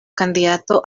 candidato